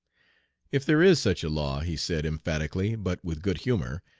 if there is such a law he said emphatically, but with good humor,